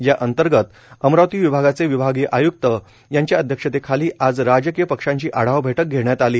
या अंतर्गत अमरावती विभागाचे विभागीय आय्क्त यांच्या अध्यक्षतेखाली आज राजकीय पक्षांची आढावा बैठक घेण्यात आली